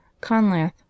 conlath